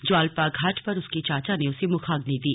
ज्वाल्या घाट पर उसके चाचा ने उसे मुखाग्नि दी